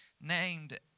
Named